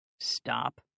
Stop